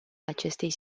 acestei